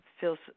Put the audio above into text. feels